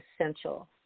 essential